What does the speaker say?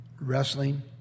wrestling